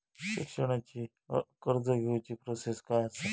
शिक्षणाची कर्ज घेऊची प्रोसेस काय असा?